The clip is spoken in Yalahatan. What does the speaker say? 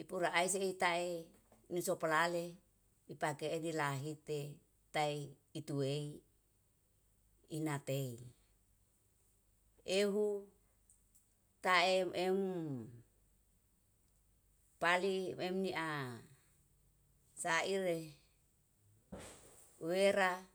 ipurai seitae nisopalale upake enilahite tai ituwei inatei, ehu tae em pali emnia saire wera.